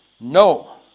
No